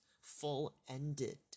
full-ended